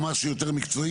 צריך --- למשהו יותר מקצועי,